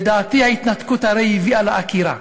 לדעתי, ההתנתקות הרי הביאה לעקירה.